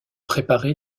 préparé